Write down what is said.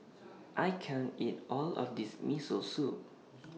I can't eat All of This Miso Soup